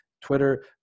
Twitter